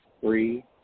three